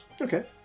Okay